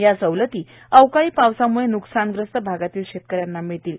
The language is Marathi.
या सवलती अवकाळी पावसामुळे न्कसानग्रस्त भागातील शेतकऱ्यांना मिळतील